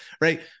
right